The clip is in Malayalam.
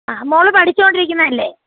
ആ മോള് പഠിച്ചോണ്ടിരിക്കുന്നതല്ലേ